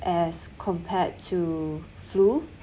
as compared to flu